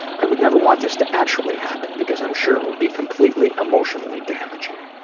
i would never want this to actually happen, because i'm sure it would be completely emotionally damaging.